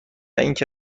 اینکه